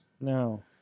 No